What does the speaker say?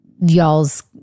y'all's